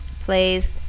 plays